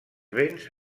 vents